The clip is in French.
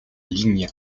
ligne